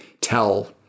tell